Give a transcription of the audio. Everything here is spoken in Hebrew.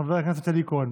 חבר הכנסת אלי כהן,